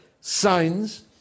signs